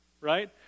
right